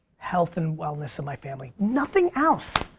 health and wellness of my family, nothing else.